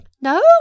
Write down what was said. No